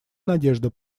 надежда